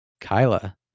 Kyla